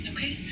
Okay